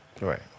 Right